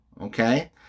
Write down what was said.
okay